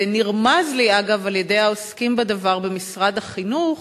אגב, נרמז לי על-ידי העוסקים בדבר במשרד החינוך